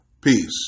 Peace